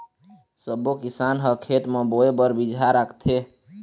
सब्बो किसान ह खेत म बोए बर बिजहा राखथे